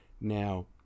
Now